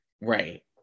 Right